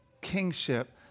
kingship